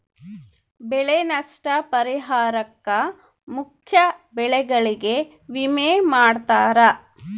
ಬೆಳೆ ನಷ್ಟ ಪರಿಹಾರುಕ್ಕ ಮುಖ್ಯ ಬೆಳೆಗಳಿಗೆ ವಿಮೆ ಮಾಡ್ತಾರ